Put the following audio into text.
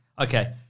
Okay